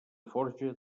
forja